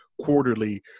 quarterly